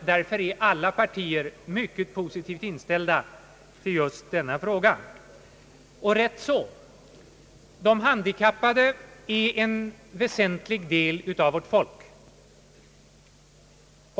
Alla partier är alltså mycket positivt inställda i denna fråga. Och rätt så! De handikappade är en väsentlig del av vårt folk.